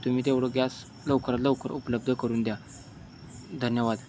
तुम्ही तेवढं गॅस लवकरात लवकर उपलब्ध करून द्या धन्यवाद